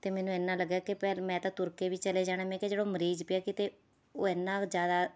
ਅਤੇ ਮੈਨੂੰ ਇੰਨਾ ਲੱਗਿਆ ਕਿ ਮੈਂ ਤਾਂ ਤੁਰ ਕੇ ਵੀ ਚਲੇ ਜਾਣਾ ਮੈਂ ਕਿਹਾ ਜਿਹੜਾ ਉਹ ਮਰੀਜ਼ ਨੂੰ ਪਿਆ ਕਿਤੇ ਉਹ ਇੰਨਾ ਕੁ ਜ਼ਿਆਦਾ